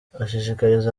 ashishikariza